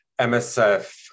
MSF